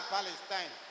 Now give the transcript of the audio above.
Palestine